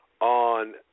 on